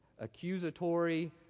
accusatory